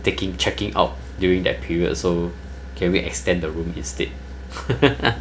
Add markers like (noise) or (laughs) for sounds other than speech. taking checking out during that period so can we extend the room instead (laughs)